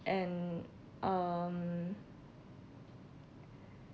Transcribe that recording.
and um